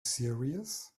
serious